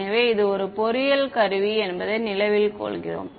எனவே இது ஒரு பொறியியல் கருவி என்பதை நினைவில் கொள்கிறோம்